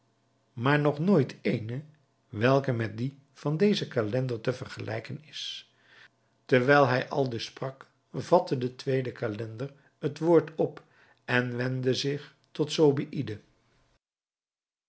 maar nog nooit eene welke met die van dezen calender te vergelijken is terwijl hij aldus sprak vatte de tweede calender het woord op en wendde zich tot